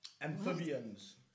Amphibians